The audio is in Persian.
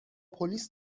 پلیس